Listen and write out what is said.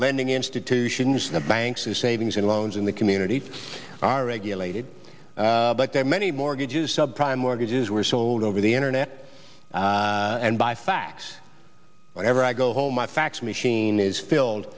lending institutions the banks to savings and loans in the community are regulated but there are many mortgages sub prime mortgages were sold over the internet and by fax whenever i go home my fax machine is filled